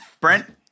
Brent